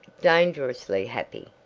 dangerously happy,